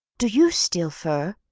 do you steal fur?